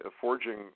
forging